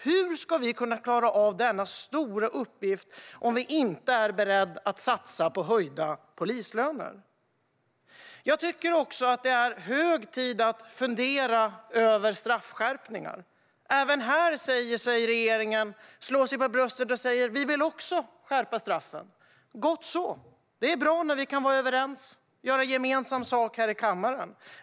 Hur ska vi kunna klara av denna stora uppgift om vi inte är beredda att satsa på höjda polislöner? Jag tycker också att det är hög tid att fundera över straffskärpningar. Även här slår sig regeringen för bröstet och säger att den också vill skärpa straffen. Gott så - det är bra när vi kan vara överens och göra gemensam sak här i kammaren.